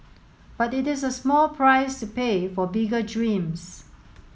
but it is a small price to pay for bigger dreams